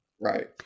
Right